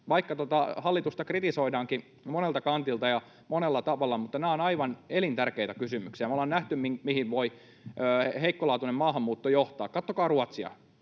vaikka hallitusta kritisoidaankin monelta kantilta ja monella tavalla, niin nämä ovat aivan elintärkeitä kysymyksiä. Me ollaan nähty, mihin voi heikkolaatuinen maahanmuutto johtaa. Katsokaa Ruotsia